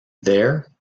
there